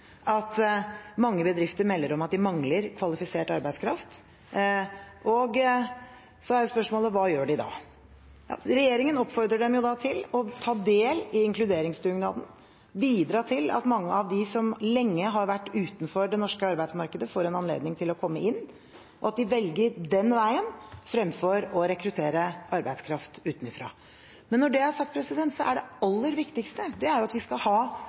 mange bedrifter melder om at de mangler kvalifisert arbeidskraft. Og så er spørsmålet: Hva gjør de da? Regjeringen oppfordrer dem til å ta del i inkluderingsdugnaden og bidra til at mange av dem som lenge har vært utenfor det norske arbeidsmarkedet, får en anledning til å komme inn, og at de velger den veien fremfor å rekruttere arbeidskraft utenfra. Men når det er sagt, er det aller viktigste at vi skal ha